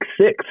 six